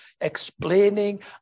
explaining